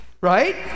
Right